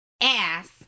ass